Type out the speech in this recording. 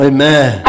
Amen